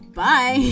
bye